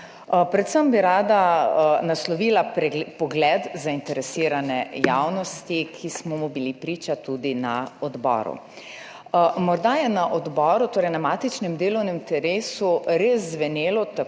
Predvsem bi rada naslovila pogled zainteresirane javnosti, ki smo mu bili priča tudi na odboru. Morda je na odboru, torej na matičnem delovnem telesu, res zvenelo tako,